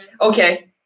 Okay